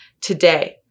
today